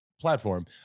platform